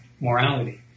morality